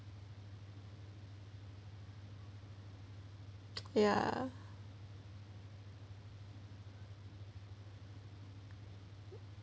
ya